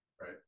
Right